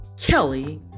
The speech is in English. Kelly